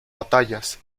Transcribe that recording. batallas